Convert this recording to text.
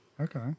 Okay